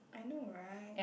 I know right